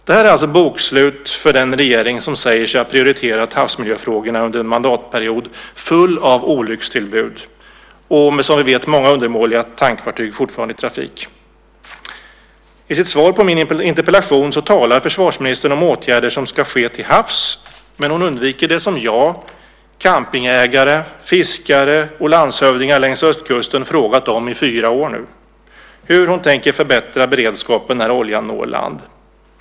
Det här är alltså bokslutet för den regering som säger sig ha prioriterat havsmiljöfrågorna under en mandatperiod full av olyckstillbud och, som vi vet, med många undermåliga tankfartyg fortfarande i trafik. I sitt svar på min interpellation talar försvarsministern om åtgärder som ska ske till havs, men hon undviker det som jag, campingägare, fiskare och landshövdingar längs ostkusten frågat om i fyra år nu; hur hon tänker förbättra beredskapen när oljan når land.